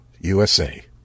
USA